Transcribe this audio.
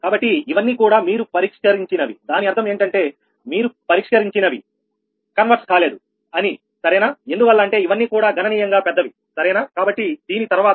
కాబట్టి ఇవన్నీ కూడా మీరు పరిష్కరించిన వి దాని అర్థం ఏంటంటే మీరు పరిష్కరించిన వి కన్వర్స్ కాలేదు అని సరేనా ఎందువల్ల అంటే ఇవన్నీ కూడా గణనీయంగా పెద్దవి సరేనా కాబట్టి దీని తర్వాత